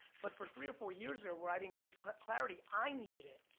but for three or four years there, were i didn't create create clarity, i needed it.